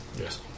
Yes